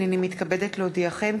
הנני מתכבדת להודיעכם,